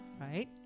Right